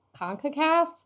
CONCACAF